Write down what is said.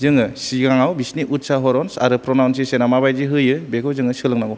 जोंयो सिगाङाव बिसोरनि उतषाहरनस आरो प्रनावनसिसना मा बायदि होयो बेखौ जों सोलोंनांगौ